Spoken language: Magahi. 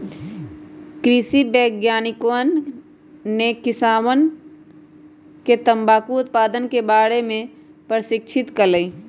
कृषि वैज्ञानिकवन ने किसानवन के तंबाकू उत्पादन के बारे में प्रशिक्षित कइल